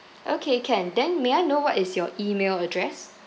okay can then may I know what is your email address